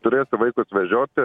tu turėsi vaikus vežioti